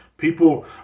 People